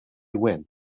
win